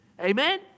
Amen